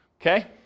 Okay